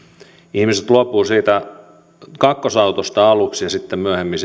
ihmiset luopuvat siitä kakkosautosta aluksi ja sitten myöhemmin